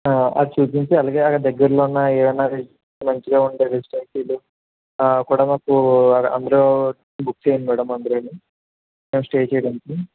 అవి చూపించి అలాగే అక్కడ దగ్గర్లో ఉన్న ఏవైనా రెసిడెన్సీ మంచిగా ఉండే రెసిడెన్సీలు కూడా మాకు అందులో మాకు బుక్ చెయ్యండి మ్యాడం అందులోని మేము స్టే చెయ్యడానికి